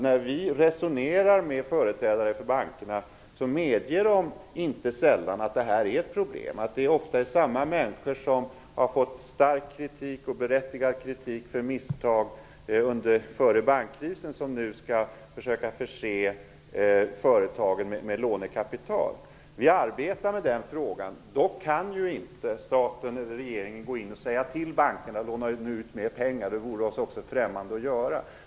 När vi resonerar med företrädare för bankerna, medger de inte sällan att det är ett problem att samma människor som har fått stark och berättigad kritik för misstag före bankkrisen nu skall förse företagen med lånekapital. Vi arbetar med den frågan. Dock kan ju inte regeringen gå in och säga till bankerna att låna ut mer pengar. Det vore oss också främmande att göra.